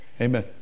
Amen